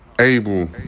able